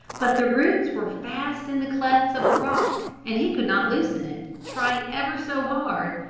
but the roots were fast in the clefts of the rock and he could not loosen it, try ever so hard.